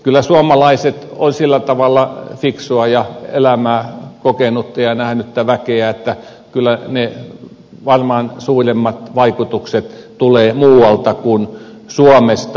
kyllä suomalaiset ovat sillä tavalla fiksua ja elämää kokenutta ja nähnyttä väkeä että kyllä varmaan ne suuremmat vaikutukset tulevat muualta kuin suomesta